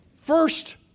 first